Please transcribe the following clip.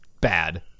bad